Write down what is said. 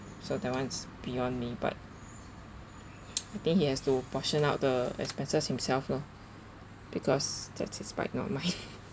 so that one is beyond me but I think he has to portion out the expenses himself loh because that's his bike not mine